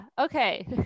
okay